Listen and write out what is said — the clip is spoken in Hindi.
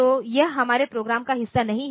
तो यह हमारे प्रोग्राम का हिस्सा नहीं है